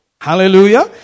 Hallelujah